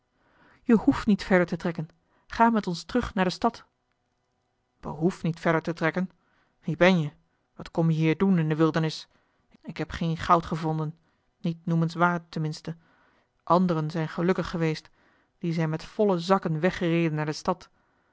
je hoeft niet verder te trekken ga met ons terug naar de stad behoef niet verder te trekken wie ben je wat kom je hier doen in de wildernis ik heb geen goud gevonden niet noemenseli heimans willem roda waard ten minste anderen zijn gelukkig geweest die zijn met volle zakken weggereden naar de stad